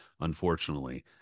unfortunately